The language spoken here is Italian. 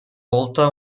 volta